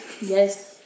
Yes